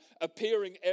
appearing